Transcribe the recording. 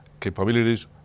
capabilities